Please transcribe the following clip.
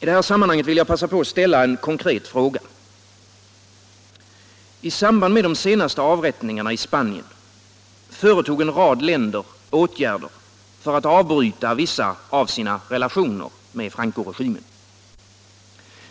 I det här sammanhanget vill jag passa på att ställa en konkret fråga. I samband med de senaste avrättningarna i Spanien vidtog en rad länder åtgärder för att avbryta vissa av sina relationer med Francoregimen.